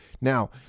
now